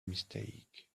mistake